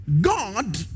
God